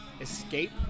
escape